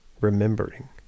remembering